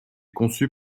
conçus